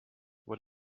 what